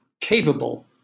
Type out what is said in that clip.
capable